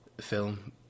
film